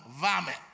vomit